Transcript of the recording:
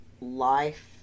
Life